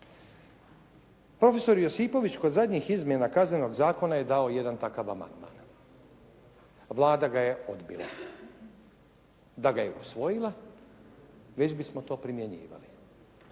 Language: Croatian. Profesor Josipović kod zadnjih izmjena Kaznenog zakona je dao jedan takav amandman. Vlada ga je odbila. Da ga je usvojila već bismo to primjenjivali.